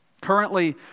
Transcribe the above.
Currently